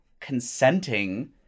consenting